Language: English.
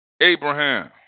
Abraham